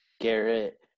garrett